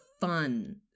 fun